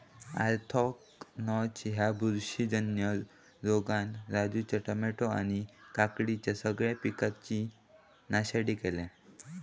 anthracnose ह्या बुरशीजन्य रोगान राजूच्या टामॅटो आणि काकडीच्या सगळ्या पिकांची नासाडी केल्यानं